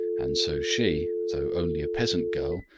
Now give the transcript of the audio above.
and so she, though only a peasant girl,